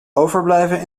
overblijven